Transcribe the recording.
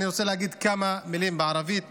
אני רוצה להגיד כמה מילים בערבית